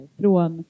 från